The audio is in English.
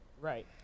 Right